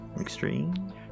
Extreme